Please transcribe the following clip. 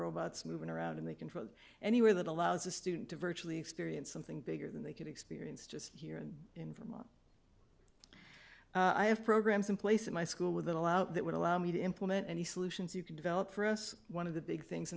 robots moving around and they can from anywhere that allows a student to virtually experience something bigger than they could experience just here and in from i have programs in place in my school with that allow that would allow me to implement any solutions you can develop for us one of the big things